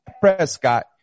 Prescott